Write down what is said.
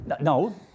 No